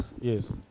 Yes